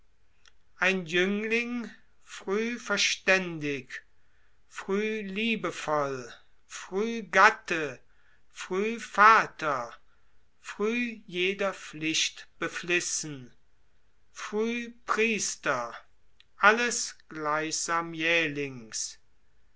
ein jüngling früh verständig früh liebevoll früh gatte früh vater früh jeder pflicht beflissen früh priester alles gleichsam jählings